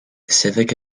civic